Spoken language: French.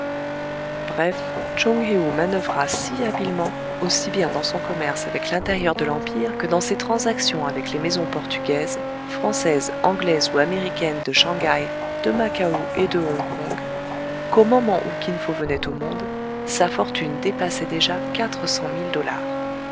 bref tchoung héou manoeuvra si habilement aussi bien dans son commerce avec l'intérieur de l'empire que dans ses transactions avec les maisons portugaises françaises anglaises ou américaines de shang haï de macao et de hong kong qu'au moment où kin fo venait au monde sa fortune dépassait déjà quatre cent mille dollars